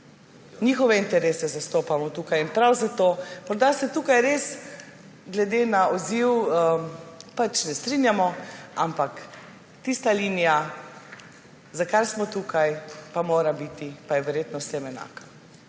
Njihove interese zastopamo tukaj. Morda se tukaj res na odziv ne strinjamo, ampak tista linija, za kar smo tukaj, pa mora biti in je verjetno za vse enaka.